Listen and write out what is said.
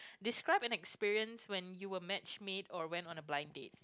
describe an experience when you were match meet or went on a blinding dates